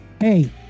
hey